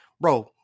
bro